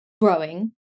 growing